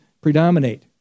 predominate